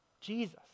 Jesus